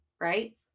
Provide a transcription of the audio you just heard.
right